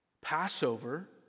Passover